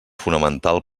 fonamental